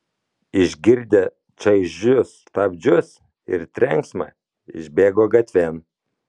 išgirdę čaižius stabdžius ir trenksmą išbėgo gatvėn